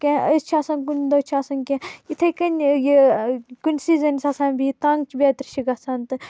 کینٛہہ أسۍ چھِ آسان کُنہِ دۄہ چھُ آسان کینٛہہ اِتھی کٔنۍ یہ کُنسی زٔنِس آسان بِہتھ تنگ چھِ بٮ۪ترِ چھِ گژھان